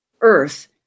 Earth